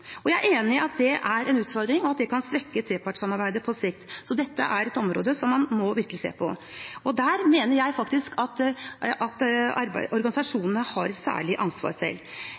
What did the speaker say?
arbeidslivet. Jeg er enig i at det er en utfordring, og at det kan svekke trepartssamarbeidet på sikt. Så dette er et område man virkelig må se på, og der mener jeg organisasjonene har et særlig ansvar selv.